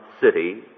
city